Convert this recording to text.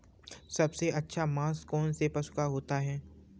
सबसे अच्छा मांस कौनसे पशु का होता है?